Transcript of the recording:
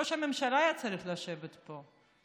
ראש הממשלה היה צריך לשבת פה,